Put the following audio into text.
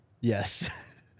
Yes